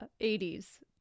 80s